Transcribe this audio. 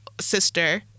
sister